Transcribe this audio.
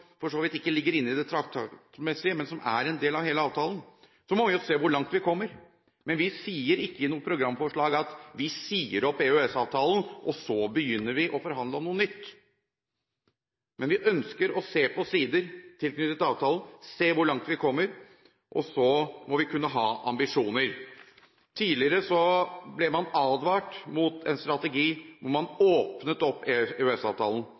for så vidt ikke ligger inne i det traktatmessige, men som er en del av hele avtalen. Så må vi jo se hvor langt vi kommer. Vi sier ikke i noe programforslag at vi sier opp EØS-avtalen, og så begynner vi å forhandle om noe nytt. Vi ønsker å se på sider tilknyttet avtalen – se hvor langt vi kommer – og så må vi kunne ha ambisjoner. Tidligere ble man advart mot en strategi hvor man åpnet opp